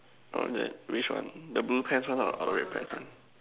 on the which one the blue pant one or the red pant one